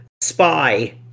spy